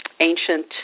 ancient